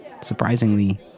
surprisingly